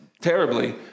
terribly